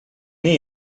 niet